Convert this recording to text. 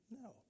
No